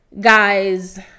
Guys